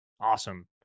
awesome